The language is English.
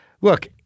look